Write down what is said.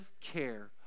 care